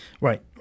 Right